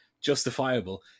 justifiable